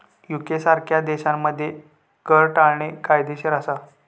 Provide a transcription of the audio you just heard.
UK सारख्या देशांमध्ये कर टाळणे कायदेशीर असा